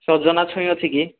ସଜନା ଛୁଇଁ ଅଛି କି